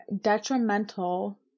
detrimental